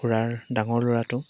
খুৰাৰ ডাঙৰ ল'ৰাটো